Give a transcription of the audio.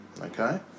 okay